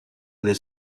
del